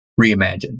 reimagined